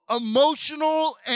emotional